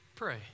pray